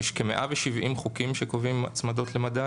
יש כ-170 חוקים שקובעים הצמדות למדד